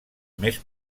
més